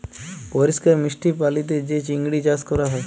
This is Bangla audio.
পরিষ্কার মিষ্টি পালিতে যে চিংড়ি চাস ক্যরা হ্যয়